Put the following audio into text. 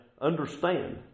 understand